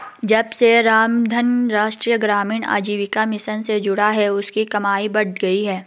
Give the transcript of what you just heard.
जब से रामधन राष्ट्रीय ग्रामीण आजीविका मिशन से जुड़ा है उसकी कमाई बढ़ गयी है